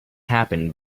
happened